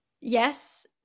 yes